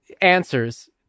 answers